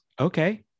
okay